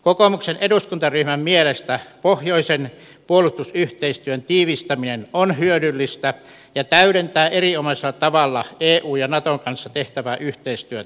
kokoomuksen eduskuntaryhmän mielestä pohjoisen puolustusyhteistyön tiivistäminen on hyödyllistä ja täydentää erinomaisella tavalla eun ja naton kanssa tehtävää yhteistyötä